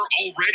already